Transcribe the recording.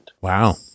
Wow